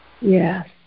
Yes